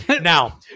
Now